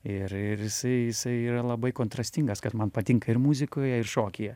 ir ir jisai jisai yra labai kontrastingas kad man patinka ir muzikoje ir šokyje